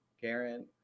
Karen